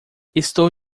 estou